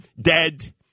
Dead